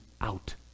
out